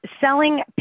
selling